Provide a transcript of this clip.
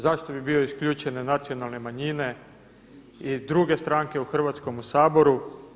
Zašto bi bile isključene nacionalne manjine i druge stranke u Hrvatskom saboru?